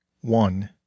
one